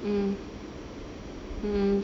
mm mm